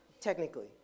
Technically